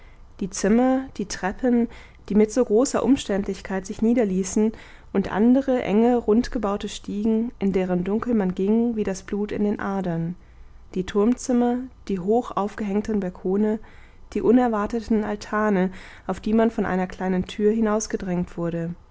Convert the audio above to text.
die zimmer die treppen die mit so großer umständlichkeit sich niederließen und andere enge rundgebaute stiegen in deren dunkel man ging wie das blut in den adern die turmzimmer die hoch aufgehängten balkone die unerwarteten altane auf die man von einer kleinen tür hinausgedrängt wurde